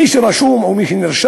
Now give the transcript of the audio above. מי שרשום או מי שנרשם,